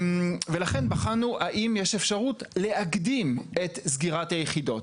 לכן בחנו האם יש אפשרות להקדים את סגירת היחידות.